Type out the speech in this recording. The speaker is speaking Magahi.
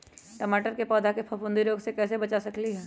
टमाटर के पौधा के फफूंदी रोग से कैसे बचा सकलियै ह?